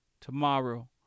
Tomorrow